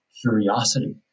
curiosity